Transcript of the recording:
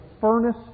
furnace